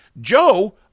Joe